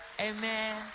Amen